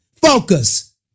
focus